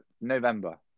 November